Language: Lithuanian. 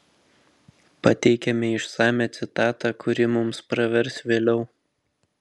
pateikiame išsamią citatą kuri mums pravers vėliau